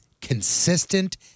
consistent